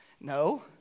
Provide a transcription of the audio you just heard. No